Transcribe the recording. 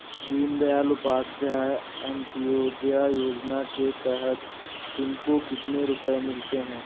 दीन दयाल उपाध्याय अंत्योदया योजना के तहत तुमको कितने रुपये मिलते हैं